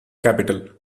capital